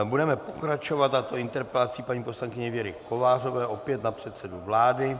Budeme pokračovat, a to interpelací paní poslankyně Věry Kovářové opět na předsedu vlády.